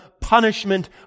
punishment